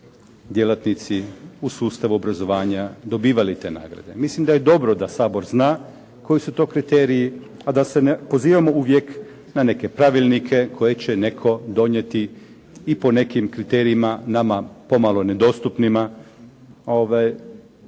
djelatnici u sustavu obrazovanja dobivali te nagrade. Mislim da je dobro da Sabor zna koji su to kriteriji a da se uvijek ne pozivamo na neke pravilnike koje će netko donijeti i po nekim kriterijima nama pomalo nedostupnima